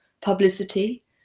publicity